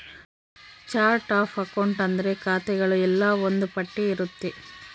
chart of account ಅಂದ್ರೆ ಖಾತೆಗಳು ಎಲ್ಲ ಒಂದ್ ಪಟ್ಟಿ ಇರುತ್ತೆ